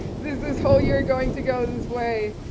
this this whole year going to go this way?